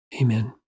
Amen